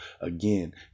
again